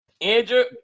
Andrew